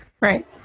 Right